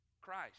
Christ